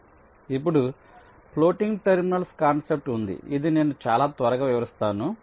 ఇప్పుడు floating terminals concept ఉంది ఇది నేను చాలా త్వరగా వివరిస్తాను